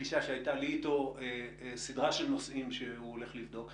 בפגישה שהייתה לי איתו סדרה של נושאים שהוא הולך לבדוק.